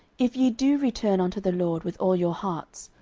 if ye do return unto the lord with all your hearts,